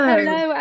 Hello